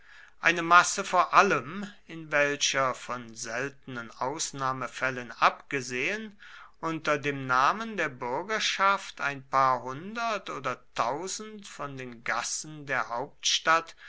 eine masse vor allem in welcher von seltenen ausnahmefällen abgesehen unter dem namen der bürgerschaft ein paar hundert oder tausend von den gassen der hauptstadt